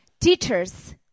teachers